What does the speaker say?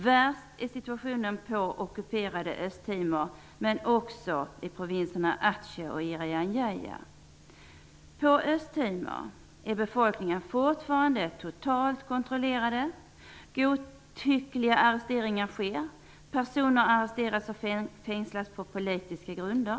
Värst är situationen på det ocuperade Östtimor och i provinserna Aceh och På Östtimor är befolkningen fortfarande totalt kontrollerad. Godtyckliga arresteringar sker. Personer arresteras och fängslas på politiska grunder.